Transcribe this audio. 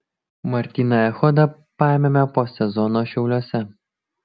martyną echodą paėmėme po sezono šiauliuose